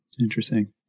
Interesting